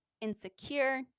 insecure